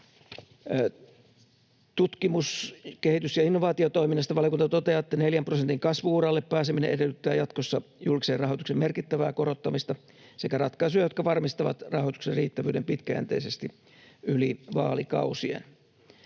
Tutkimus-, kehitys- ja innovaatiotoiminnasta valiokunta toteaa, että neljän prosentin kasvu-uralle pääseminen edellyttää jatkossa julkisen rahoituksen merkittävää korottamista sekä ratkaisuja, jotka varmistavat rahoituksen riittävyyden pitkäjänteisesti yli vaalikausien.